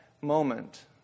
moment